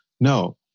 no